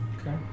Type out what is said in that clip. Okay